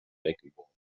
weggeworfen